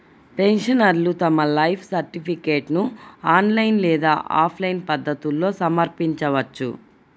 పెన్షనర్లు తమ లైఫ్ సర్టిఫికేట్ను ఆన్లైన్ లేదా ఆఫ్లైన్ పద్ధతుల్లో సమర్పించవచ్చు